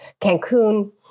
Cancun